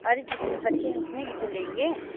अरे जितने बच्चे हैं उतने ही तो लेंगे